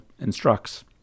instructs